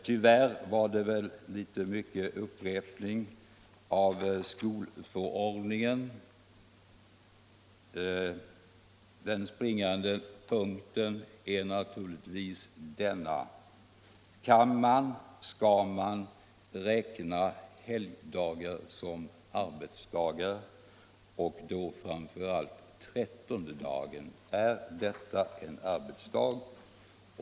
Tyvärr innehåller det väl litet för mycket Torsdagen den uppläsning av skolförordningen. Den springande punkten är naturtigtvis 21 oktober 1976 denna: Kan man cller skall man räkna helgdagar som arbetsdapar—läs O dagar och då framför allt trettondagen? Är den en arbetsdag?